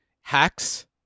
Hacks